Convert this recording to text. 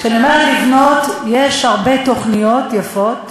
כשאני אומרת "לבנות", יש הרבה תוכניות יפות,